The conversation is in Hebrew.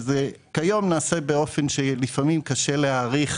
כיום זה נעשה באופן שלפעמים קשה להעריך